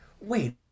wait